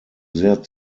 sehr